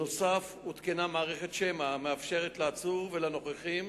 נוסף על כך הותקנה מערכת שמע המאפשרת לעצור ולנוכחים